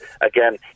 again